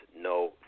no